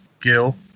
Gil